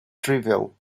trivial